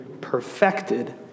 perfected